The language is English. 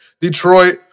Detroit